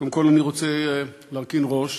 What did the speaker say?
קודם כול אני רוצה להרכין ראש,